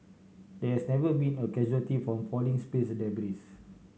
there has never been a casualty from falling space debris